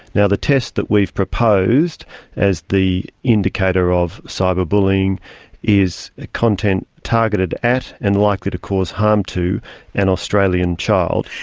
now, the test that we've proposed as the indicator of cyber bullying is content targeted at and likely to cause harm to an australian child.